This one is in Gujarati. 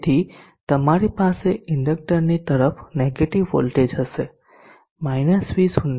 તેથી તમારી પાસે ઇનડક્ટરની તરફ નેગેટીવ વોલ્ટેજ હશે -V0